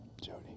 Jody